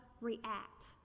react